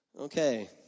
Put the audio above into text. Okay